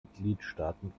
mitgliedstaaten